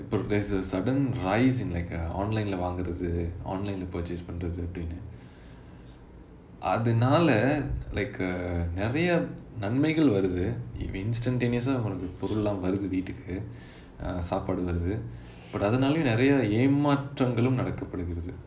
there's a sudden rise in like uh online leh வாங்குறது:vaangurathu online leh purchase பண்றது அப்படினு அதுனாலே:pandrathu appadinu athunaalae like uh நிறைய நன்மேகள் வருது:niraiya nanmaegal varuthu instantaneous ah நமக்கு பொருள்ளாம் வருது வீட்டுக்கு:namakku porullaam varuthu veetukku uh சாபாடு் வருது:saapaadu varuthu but அதுனாலையும் நிறைய ஏமாட்றங்களும் நடக்கபடுகிறது:athunaalaiyum niraiya yemaatrangalum nadakkapadugirathu